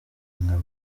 nkaba